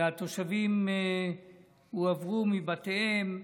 התושבים הועברו מבתיהם,